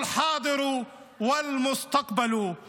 גזען עלוב קטן כזה תישאר.